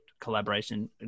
collaboration